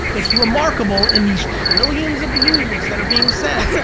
it's remarkable in these trillions of nudes that are being sent,